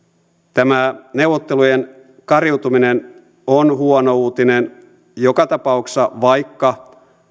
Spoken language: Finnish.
tämä neuvottelujen kariutuminen on huono uutinen joka tapauksessa vaikka